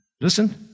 Listen